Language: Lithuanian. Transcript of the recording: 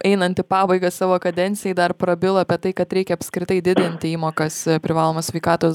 einant į pabaigą savo kadencijai dar prabilo apie tai kad reikia apskritai didinti įmokas privalomo sveikatos